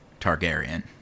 Targaryen